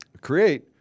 create